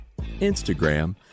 Instagram